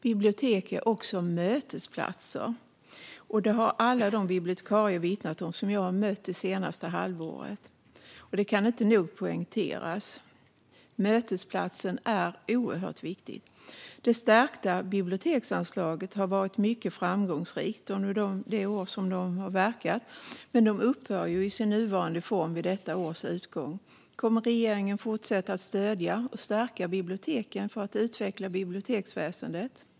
Bibliotek är också mötesplatser - detta har alla bibliotekarier som jag mött det senaste halvåret vittnat om, och det kan inte nog poängteras. Mötesplatsen är oerhört viktig. Det stärkta biblioteksanslaget har varit mycket framgångsrikt under de år det har funnits, men det upphör i sin nuvarande form vid detta års utgång. Kommer regeringen att fortsätta att stödja och stärka biblioteken för att utveckla biblioteksväsendet?